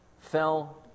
Fell